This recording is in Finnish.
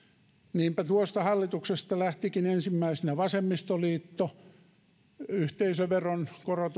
niinpä tuosta hallituksesta lähtikin ensimmäisenä vasemmistoliitto yhteisöveron